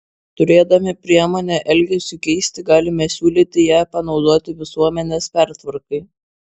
turėdami priemonę elgesiui keisti galime siūlyti ją panaudoti visuomenės pertvarkai